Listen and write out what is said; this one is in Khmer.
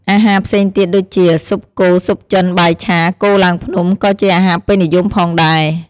អាហារផ្សេងទៀតដូចជា ស៊ុបគោ ស៊ុបចិន បាយឆា គោឡើងភ្នំ ក៏ជាអាហារពេញនិយមផងដែរ។